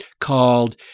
called